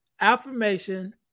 affirmation